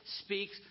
speaks